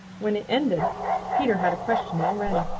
when it ended peter had a question all ready.